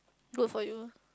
good for you lah